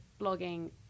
blogging